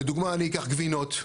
לדוגמה, אני אקח גבינות.